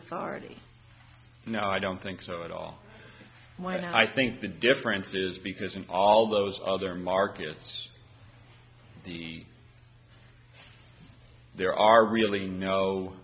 authority no i don't think so at all what i think the difference is because in all those other markets the there are really no